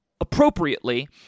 appropriately